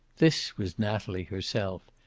this was natalie herself,